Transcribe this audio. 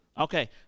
Okay